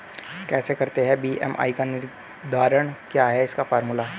कैसे करते हैं बी.एम.आई का निर्धारण क्या है इसका फॉर्मूला?